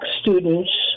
students